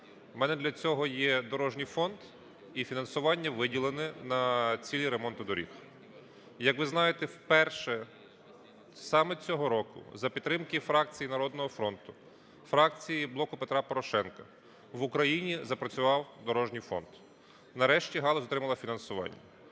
У мене для цього є дорожній фонд і фінансування виділене на цілі ремонту доріг. Як ви знаєте, вперше саме цього року за підтримки фракції "Народний фронт", фракції "Блоку Петра Порошенка" в Україні запрацював дорожній фонд, нарешті галузь отримала фінансування.